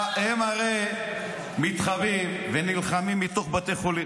הם הרי מתחבאים ונלחמים מתוך בתי חולים.